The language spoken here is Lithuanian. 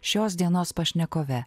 šios dienos pašnekove